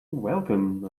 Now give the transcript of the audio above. welcome